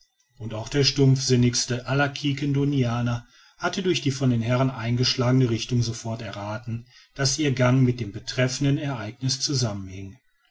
und auch der stumpfsinnigste aller quiquendonianer hätte durch die von den herren eingeschlagene richtung sofort errathen daß ihr gang mit dem betreffenden ereigniß zusammenhing